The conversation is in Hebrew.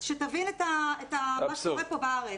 שתבין את מה שקורה פה בארץ.